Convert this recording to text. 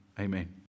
Amen